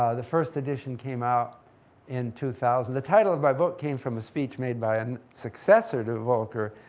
ah the first edition came out in two thousand. the title of my book came from a speech made by a and successor to volcker,